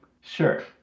Sure